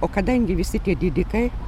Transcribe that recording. o kadangi visi tie didikai